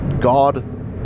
God